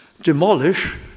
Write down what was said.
demolish